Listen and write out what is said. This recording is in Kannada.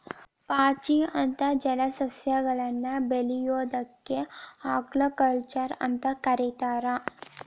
ಪಾಚಿ ಅಂತ ಜಲಸಸ್ಯಗಳನ್ನ ಬೆಳಿಯೋದಕ್ಕ ಆಲ್ಗಾಕಲ್ಚರ್ ಅಂತ ಕರೇತಾರ